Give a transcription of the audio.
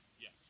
Yes